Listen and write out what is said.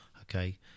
okay